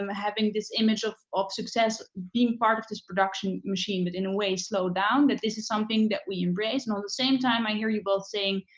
um having this image of of success being part of this production machine. but in a way slowed down. that this is something that we embrace. and on the same time i hear you both saying,